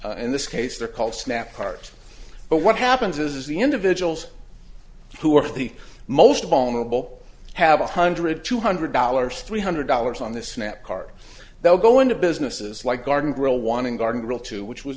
stamps in this case they're called snap part but what happens is the individuals who are the most vulnerable have a hundred two hundred dollars three hundred dollars on this net card they'll go into businesses like garden grill wanting garden rule to which was